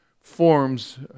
forms